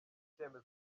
icyemezo